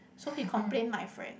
so he complain my friend